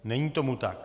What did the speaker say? Není tomu tak.